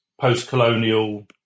post-colonial